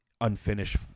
unfinished